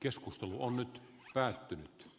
keskustelu on nyt päättynyt v